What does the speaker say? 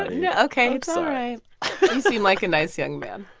yeah ok. it's all right. you seem like a nice young man